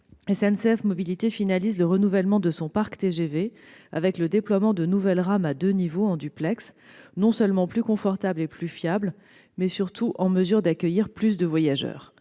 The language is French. SNCF Mobilités finalise le renouvellement de son parc TGV, avec le déploiement de nouvelles rames à deux niveaux ou duplex, non seulement plus confortables et plus fiables, mais surtout en mesure d'accueillir plus de voyageurs.